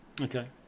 Okay